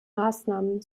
maßnahmen